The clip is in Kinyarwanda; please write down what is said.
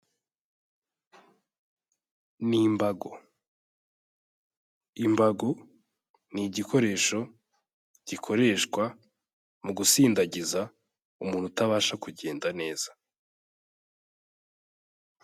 Ni imbago. Imbago ni igikoresho gikoreshwa mu gusindagiza umuntu utabasha kugenda neza.